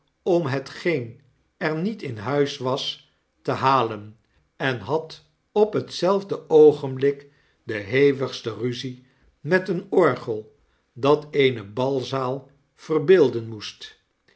om hetgeen er niet in huis was te halen en had op netzelfde oogenblik de hevigste ruzie met een orgel dat eene balzaal verbeelden moest